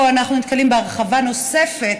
פה אנחנו נתקלים בהרחבה נוספת,